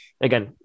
again